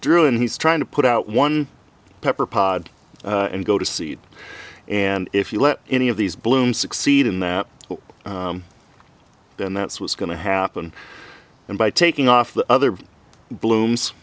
through and he's trying to put out one pepper pod and go to seed and if you let any of these blooms succeed in that then that's what's going to happen and by taking off the other blooms